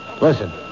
Listen